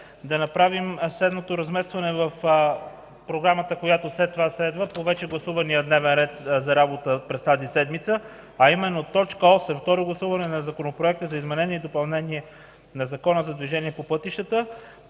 да направим следното разместване в програмата, която следва по вече гласуваната Програма за работа през тази седмица, а именно т. 8 – Второ гласуване на Законопроекта за изменение и допълнение на Закона за движението по пътищата,